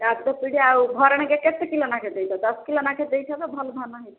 ଚାଷ ପିଡ଼ିଆ ଆଉ ଭରଣକେ କେତେ କିଲୋ ନାଖେ ଦେଇଛ ଦଶ କିଲୋ ଲାଖେ ଦେଇଛ ତ ଭଲ ଧାନ ହୋଇଥିଲା